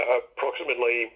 approximately